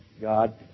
God